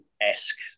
esque